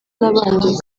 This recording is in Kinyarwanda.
n’abandi